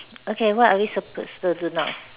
okay what are we supposed to do now